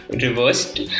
reversed